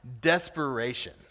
desperation